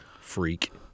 freak